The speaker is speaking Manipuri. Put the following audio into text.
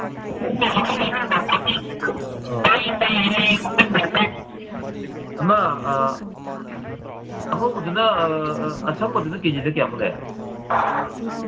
ꯑꯥ ꯑꯃ ꯑꯉꯧꯕꯗꯨꯅ ꯑꯁꯪꯕꯗꯨꯅ ꯀꯦ ꯖꯤꯗ ꯀꯌꯥꯃꯨꯛ ꯂꯩ